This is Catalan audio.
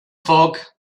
foc